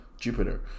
Jupiter